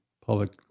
public